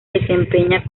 desempeña